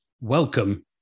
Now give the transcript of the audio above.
Welcome